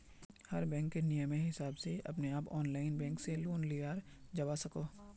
हर बैंकेर नियमेर हिसाब से अपने आप ऑनलाइन बैंक से लोन लियाल जावा सकोह